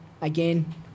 again